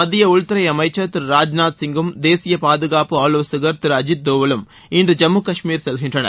மத்திய உள்துறைஅமைன் திரு ராஜ்நாத் சிங்கும் தேசிய பாதுகாப்பு ஆலோசகா் திரு அஜித் தோவலும் இன்று ஜம்மு கஷ்மீர் செல்கின்றனர்